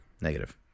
Negative